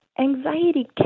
Anxiety